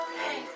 hey